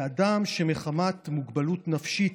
שאדם שמחמת מוגבלות נפשית,